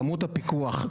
כמות הפיקוח,